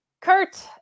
Kurt